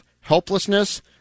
helplessness